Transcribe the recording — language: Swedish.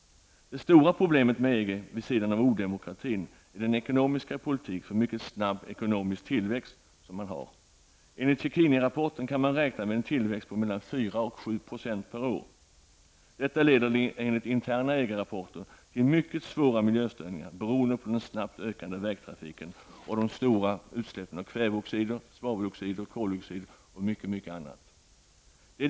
Det stora problemet med EG vid sidan av odemokratin är den ekonomiska politik för mycket snabb ekonomiskt tillväxt som man har. Enligt Checcinirapporten kan man räkna med en tillväxt på mellan 4 och 7 % per år. Detta leder enligt interna EG-rapporter till mycket svåra miljöstörningar beroende på den snabbt ökande vägtrafiken och de stora utsläppen av kväveoxider, svaveloxider och koldioxider och mycket, mycket annat.